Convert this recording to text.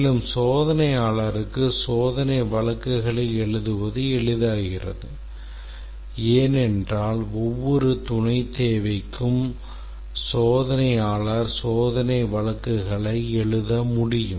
மேலும் சோதனையாளருக்கு சோதனை வழக்குகளை எழுதுவது எளிதாகிறது ஏனென்றால் ஒவ்வொரு துணைத் தேவைக்கும் சோதனையாளர் சோதனை வழக்குகளை எழுத முடியும்